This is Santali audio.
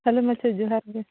ᱦᱮᱞᱳ ᱢᱟᱪᱮᱫ ᱡᱚᱦᱟᱨ ᱜᱮ